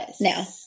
now